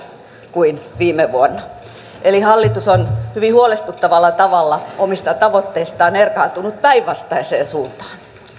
kuin viime vuonna eli hallitus on hyvin huolestuttavalla tavalla omista tavoitteistaan erkaantunut päinvastaiseen suuntaan